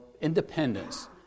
independence